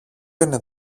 είναι